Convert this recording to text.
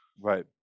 right